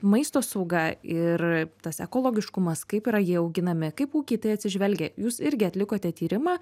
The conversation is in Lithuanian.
maisto sauga ir tas ekologiškumas kaip yra jie auginami kaip ūkiai į tai atsižvelgia jūs irgi atlikote tyrimą